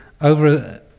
over